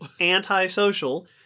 Antisocial